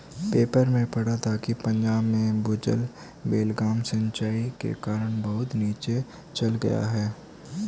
paper में पढ़ा था कि पंजाब में भूजल बेलगाम सिंचाई के कारण बहुत नीचे चल गया है